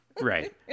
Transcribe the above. right